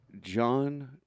John